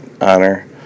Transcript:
honor